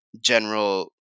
general